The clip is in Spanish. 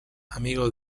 amigo